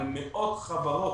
על מאות חברות.